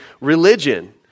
religion